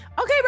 Okay